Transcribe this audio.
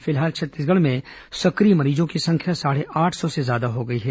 फिलहाल छत्तीसगढ़ में सक्रिय मरीजों की संख्या साढ़े आठ सौ से ज्यादा हो गई है